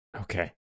Okay